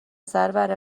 سرور